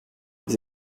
vous